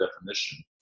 definition